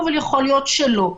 אבל יכול להיות שלא.